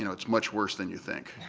you know it's much worse than you think.